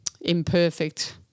imperfect